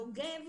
יוגב,